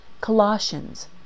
Colossians